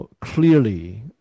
clearly